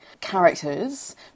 characters